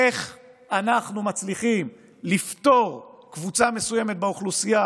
איך אנחנו מצליחים לפטור קבוצה מסוימת באוכלוסייה